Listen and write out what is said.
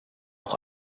auch